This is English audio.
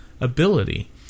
ability